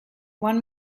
one